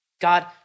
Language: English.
God